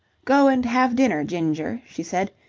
go and have dinner, ginger, she said.